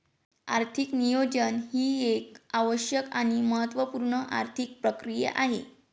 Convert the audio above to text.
आर्थिक नियोजन ही एक आवश्यक आणि महत्त्व पूर्ण आर्थिक प्रक्रिया आहे